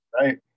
Right